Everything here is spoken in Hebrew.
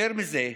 יותר מזה,